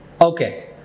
Okay